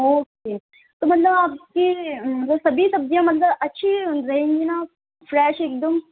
okay تو مطلب آپ کی سبھی سبزیاں مطلب اچھی رہیں گی نا فریش ایک دم